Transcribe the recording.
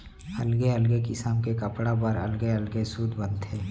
अलगे अलगे किसम के कपड़ा बर अलगे अलग सूत बनथे